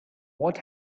what